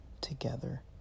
together